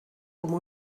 como